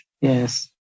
Yes